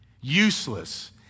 useless